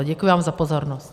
Děkuji vám za pozornost.